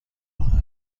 راه